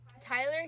Tyler